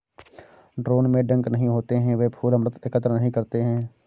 drone में डंक नहीं होते हैं, वे फूल अमृत एकत्र नहीं करते हैं